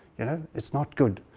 you know, it's not good.